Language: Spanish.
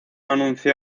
anunció